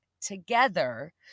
together